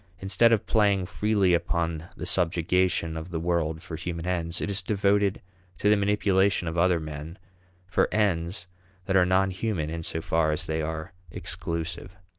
instead of playing freely upon the subjugation of the world for human ends, it is devoted to the manipulation of other men for ends that are non-human in so far as they are exclusive.